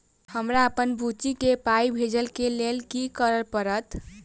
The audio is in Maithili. हमरा अप्पन बुची केँ पाई भेजइ केँ लेल की करऽ पड़त?